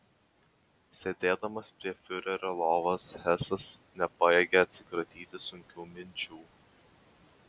sėdėdamas prie fiurerio lovos hesas nepajėgė atsikratyti sunkių minčių